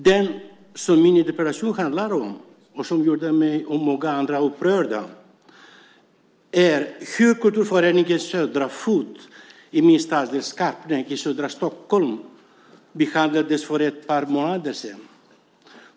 Det som min interpellation handlar om och som har gjort mig och många andra upprörda är hur kulturföreningen Södra Fot i min stadsdel, Skarpnäck, i södra Stockholm behandlades för ett par månader sedan.